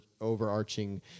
overarching